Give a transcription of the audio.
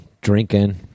drinking